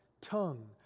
tongue